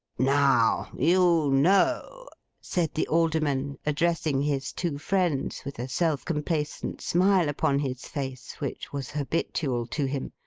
now, you know said the alderman, addressing his two friends, with a self-complacent smile upon his face which was habitual to him,